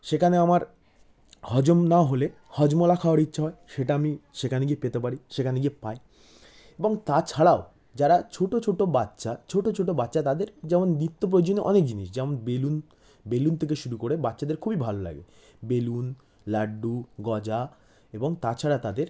সেখানে আমার হজম না হলে হজমলা খাওয়ার ইচ্ছা হয় সেটা আমি সেখানে গিয়ে পেতে পারি সেখানে গিয়ে পাই এবং তাছাড়াও যারা ছোটো ছোটো বাচ্চা ছোটো ছোটো বাচ্চা তাদের যেমন নিত্য প্রয়োজনীয় অনেক জিনিস যেমন বেলুন বেলুন থেকে শুরু করে বাচ্চাদের খুবই ভালো লাগে বেলুন লাড্ডু গজা এবং তাছাড়া তাদের